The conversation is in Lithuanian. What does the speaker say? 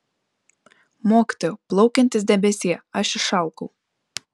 mokytojau plaukiantis debesie aš išalkau